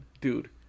Dude